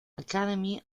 academy